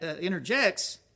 interjects